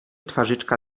twarzyczka